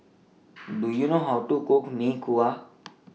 Do YOU know How to Cook Mee Kuah